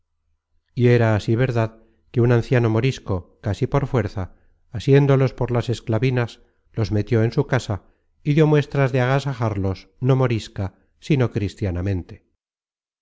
y era así verdad que un anciano morisco casi por fuerza asiéndolos por las esclavinas los metió en su casa y dió muestras de agasajarlos no morisca sino cristianamente